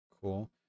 Cool